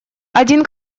один